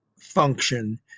function